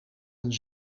een